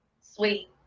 Sweet